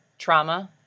trauma